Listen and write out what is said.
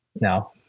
No